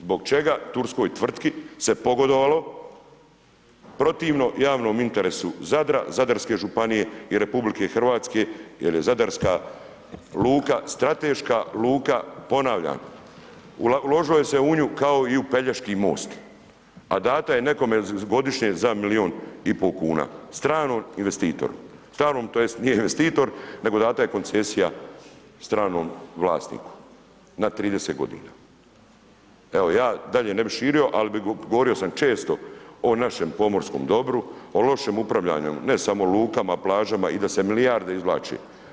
Zbog čega turski tvrtki se pogodovalo protivno javnom interesu Zadra, Zadarske županije i RH, jer je Zadarska luka strateška luka, ponavljam uložilo se u nju kao i u Pelješki most, a dato je nekome godišnje za milijun i pol kuna, stranom investitoru, starom, tj. nije investitor, nego dana je koncesija stranom vlasniku, na 30 g. Evo, ja dalje ne bi širio, ali govorio sam često o našem pomorskom dobru, o lošem upravljanju, ne samo lukama, plažama, i da se milijarde izvlači.